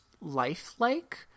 lifelike